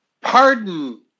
Pardon